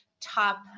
top